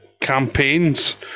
campaigns